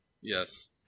Yes